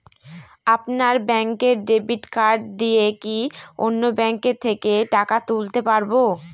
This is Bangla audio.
আপনার ব্যাংকের ডেবিট কার্ড দিয়ে কি অন্য ব্যাংকের থেকে টাকা তুলতে পারবো?